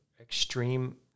extreme